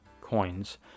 coins